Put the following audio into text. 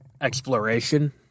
exploration